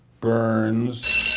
Burns